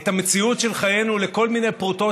את המציאות של חיינו לכל מיני פרוטות